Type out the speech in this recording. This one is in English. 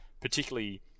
particularly